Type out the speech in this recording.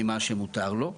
ממה שמותר לו.